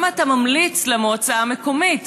למה אתה ממליץ למועצה המקומית?